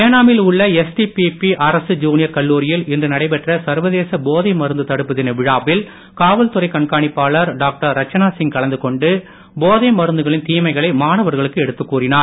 ஏனாமில் உள்ள எஸ்டிபிபி அரசு ஜுனியர் கல்லூரியில் இன்று நடைபெற்ற சர்வதேச போதை மருத்து தடுப்பு தின விழாவில் காவல்துறை கண்காணிப்பாளர் டாக்டர் ரச்சனா சிங் கலந்து கொண்டு போதை மருந்துகளின் தீமைகளை மாணவர்களுக்கு எடுத்துக் கூறினார்